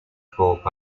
cork